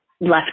left